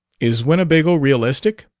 is winnebago ritualistic?